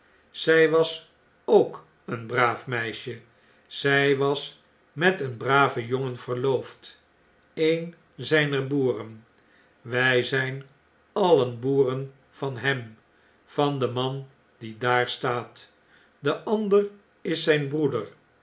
zij was ook een braaf meisje zij was met een braven jongen verloofd een zijner boeren wij zijn alien boeren van hem van den man die daar staat de ander is zijn broeder